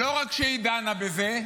לא רק שהיא דנה בזה,